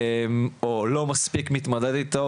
או לא מספיק מתמודדת איתו,